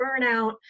burnout